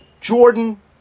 Jordan